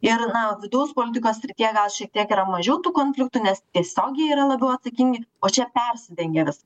ir na vidaus politikos srityje gal šiek tiek yra mažiau tų konfliktų nes tiesiogiai yra labiau atsakingi o čia persidengia vis